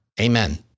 Amen